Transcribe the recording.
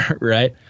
right